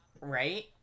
right